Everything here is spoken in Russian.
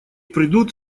придут